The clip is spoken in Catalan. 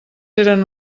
eren